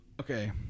okay